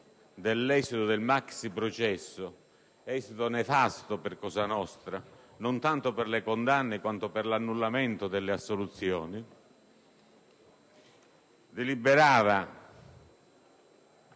dell'esito del maxiprocesso - esito nefasto per Cosa nostra, non tanto per le condanne quanto per l'annullamento delle assoluzioni - deliberava